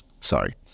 sorry